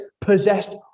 possessed